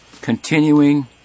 continuing